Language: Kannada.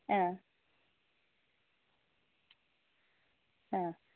ಹಾಂ ಹಾಂ